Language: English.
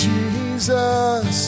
Jesus